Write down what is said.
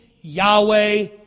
Yahweh